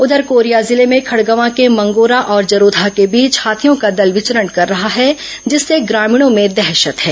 उधर कोरिया जिले में खड़गवां के मंगोरा और जरोधा के बीच हाथियों का दल विचरण कर रहा है जिससे ग्रामीणों में दहशत हैं